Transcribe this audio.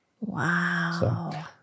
Wow